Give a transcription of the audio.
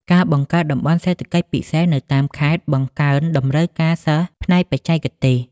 ការបង្កើតតំបន់សេដ្ឋកិច្ចពិសេសនៅតាមខេត្ត បង្កើនតម្រូវការសិស្សផ្នែកបច្ចេកទេស។